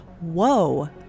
whoa